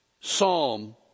Psalm